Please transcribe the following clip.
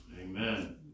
Amen